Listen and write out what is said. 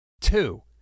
Two